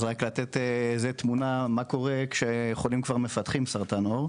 לתת את התמונה מה קורה כשהחולים כבר מפתחים את סרטן העור,